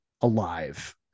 alive